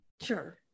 sure